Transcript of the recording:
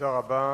תודה רבה.